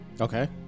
okay